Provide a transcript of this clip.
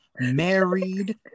married